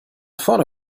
vorne